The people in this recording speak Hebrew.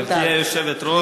גברתי היושבת-ראש,